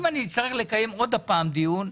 אם אני אצטרך לקדם עוד פעם דיון,